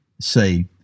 say